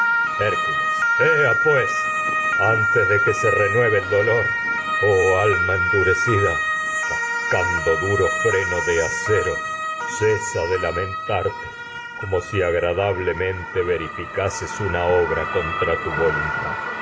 ea pues antes de que renueve el dolor acero oh cesa alma endurecida tascando duro freno de de lamentarte como si agradablemente ve obra contra tu voluntad